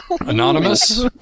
Anonymous